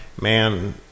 Man